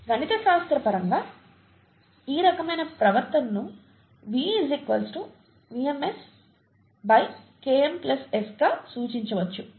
గణితశాస్త్రపరంగా ఈ రకమైన ప్రవర్తనను V VmS Km S గా సూచించవచ్చు